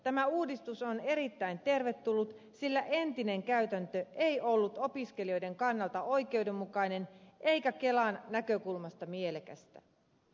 tämä uudistus on erittäin tervetullut sillä entinen käytäntö ei ollut opiskelijoiden kannalta oikeudenmukainen eikä kelan näkökulmasta mielekästä